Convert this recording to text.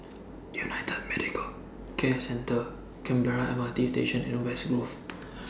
United Medicare Centre Canberra M R T Station and West Grove